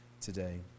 today